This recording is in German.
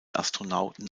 astronauten